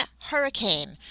hurricane